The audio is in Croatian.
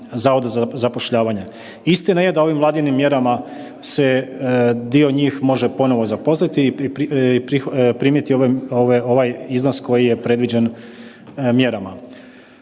za zapošljavanje. Istina je da ovim Vladinim mjerama se dio njih može ponovo zaposliti i primiti ove, ovaj iznos koji je predviđen mjerama.